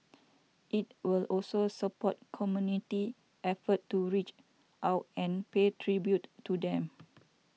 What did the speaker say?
it will also support community efforts to reach out and pay tribute to them